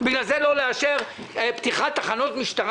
בגלל זה לא לאשר פתיחת תחנות משטרה